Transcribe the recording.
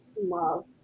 love